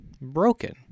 Broken